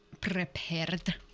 Prepared